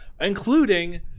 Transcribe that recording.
including